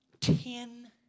ten